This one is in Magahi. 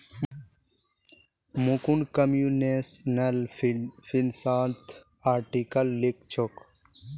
मुकुंद कंप्यूटेशनल फिनांसत आर्टिकल लिखछोक